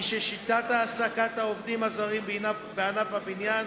היא ששיטת העסקת העובדים הזרים בענף הבניין,